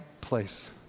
place